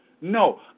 No